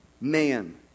man